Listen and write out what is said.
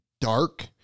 dark